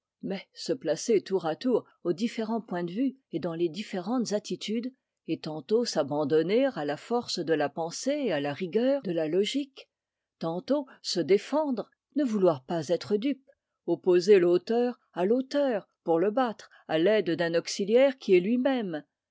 mais se placer tour à tour aux différents points de vue et dans les différentes attitudes et tantôt s'abandonner à la force de la pensée et à la rigueur de la logique tantôt se défendre ne vouloir pas être dupe opposer l'auteur à l'auteur pour le battre à l'aide d'un auxiliaire qui est lui-même